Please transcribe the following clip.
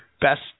Best